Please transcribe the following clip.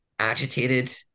agitated